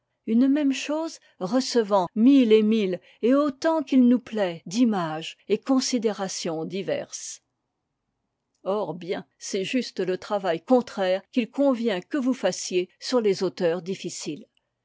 une même chose recevant mille et mille et autant qu'il nous plaît d'images et considérations diverses or bien c'est juste le travail contraire qu'il convient que vous fassiez sur les auteurs difficiles